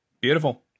Beautiful